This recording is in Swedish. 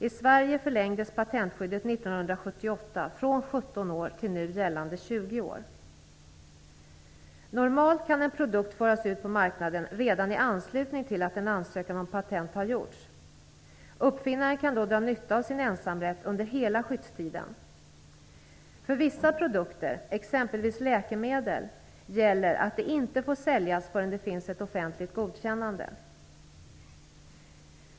I Sverige förlängdes patentskyddet 1978 Normalt kan en produkt föras ut på marknaden redan i anslutning till att en ansökan om patent har gjorts. Uppfinnaren kan då dra nytta av sin ensamrätt under hela skyddstiden. För vissa produkter, exempelvis läkemedel, gäller att de inte får säljas förrän det finns ett offentligt godkännande.